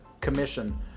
commission